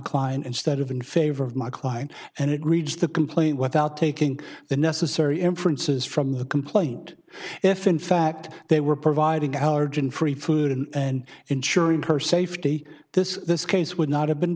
client instead of in favor of my client and it reads the complaint without taking the necessary inferences from the complaint if in fact they were providing allergen free food in and ensuring her safety this this case would not have been